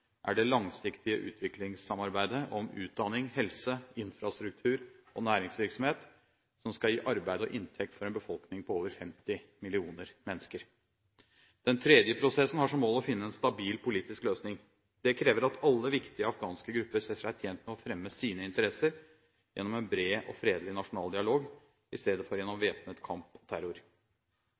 er det langsiktige utviklingssamarbeidet om utdanning, helse, infrastruktur og næringsvirksomhet, som skal gi arbeid og inntekt for en befolkning på over 50 millioner mennesker. Den tredje prosessen har som mål å finne en stabil politisk løsning. Det krever at alle viktige afghanske grupper ser seg tjent med å fremme sine interesser gjennom en bred og fredelig nasjonal dialog, i stedet for gjennom væpnet kamp og terror.